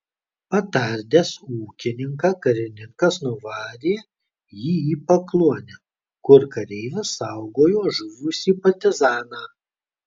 patardęs ūkininką karininkas nuvarė jį į pakluonę kur kareivis saugojo žuvusį partizaną